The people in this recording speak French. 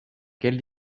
quelle